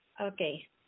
okay